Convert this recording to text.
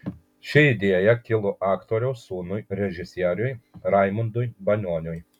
ši idėja kilo aktoriaus sūnui režisieriui raimundui banioniui